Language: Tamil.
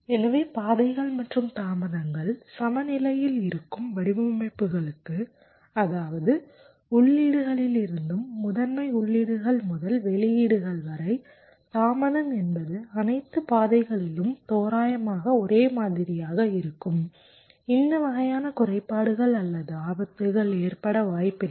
எனவே பாதைகள் மற்றும் தாமதங்கள் சமநிலையில் இருக்கும் வடிவமைப்புகளுக்கு அதாவது உள்ளீடுகளிலிருந்து முதன்மை உள்ளீடுகள் முதல் வெளியீடுகள் வரை தாமதம் என்பது அனைத்து பாதைகளிலும் தோராயமாக ஒரே மாதிரியாக இருக்கும் இந்த வகையான குறைபாடுகள் அல்லது ஆபத்துகள் ஏற்பட வாய்ப்பில்லை